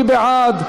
מי בעד?